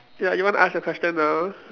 ya you want to ask your question now